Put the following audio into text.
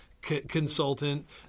consultant